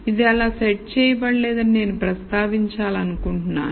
ఇది అలా సెట్ చేయబడలేదని నేను ప్రస్తావించాలనుకుంటున్నాను